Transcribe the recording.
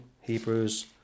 Hebrews